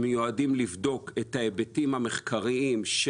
מיועדים לבדוק את ההיבטים המחקריים,